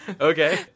Okay